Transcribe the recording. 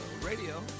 radio